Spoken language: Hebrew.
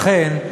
לכן,